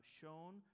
shown